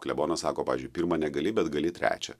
klebonas sako pavyzdžiui pirmą negali bet gali trečią